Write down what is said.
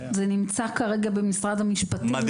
זה נמצא כרגע במשרד המשפטים.